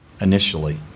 initially